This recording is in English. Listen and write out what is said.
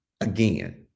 Again